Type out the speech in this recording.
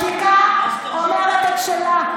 אבל השתיקה אומרת את שלה.